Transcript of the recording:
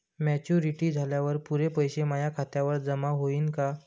Maturity झाल्यावर पुरे पैसे माया खात्यावर जमा होईन का?